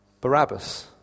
Barabbas